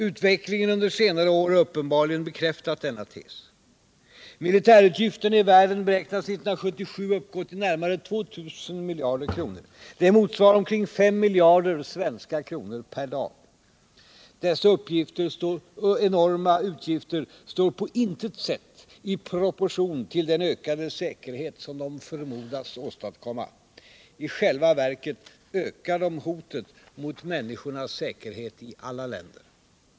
Utvecklingen under senare år har uppenbarligen bekräftat denna tes. Militärutgifterna i världen beräknades 1977 uppgå till närmare 2 000 miljarder kronor. Det motsvarar omkring 5 miljarder svenska kronor per dag. Dessa enorma utgifter står på intet sätt i proportion till den ökade säkerhet som de förmodas åstadkomma. I själva verket ökar de hotet mot människornas säkerhet i alla länder.